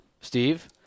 Steve